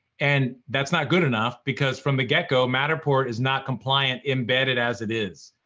and that's not good enough because, from the get-go, matterport is not compliant embedded as it is.